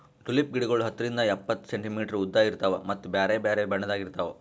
tulip ಗಿಡಗೊಳ್ ಹತ್ತರಿಂದ್ ಎಪ್ಪತ್ತು ಸೆಂಟಿಮೀಟರ್ ಉದ್ದ ಇರ್ತಾವ್ ಮತ್ತ ಬ್ಯಾರೆ ಬ್ಯಾರೆ ಬಣ್ಣದಾಗ್ ಇರ್ತಾವ್